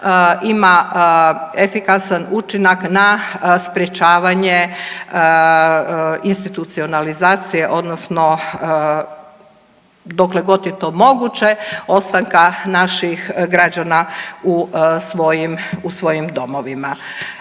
ima efikasan učinak na sprječavanje institucionalizacije, odnosno dokle god je to moguće ostanka naših građana u svojim domovima.